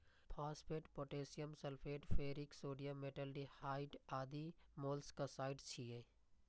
phosphate, potassium sulphate, ferric sodium, metaldehyde आदि molluscicides छियै